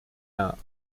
art